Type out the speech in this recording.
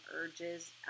urges